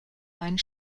einen